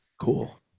Cool